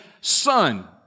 son